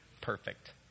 perfect